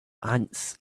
ants